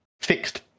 fixed